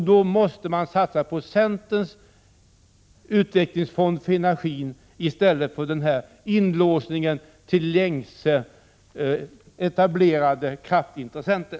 Då måste man satsa på centerns utvecklingsfond för energi, i stället för denna fastlåsning till gängse etablerade kraftintressenter.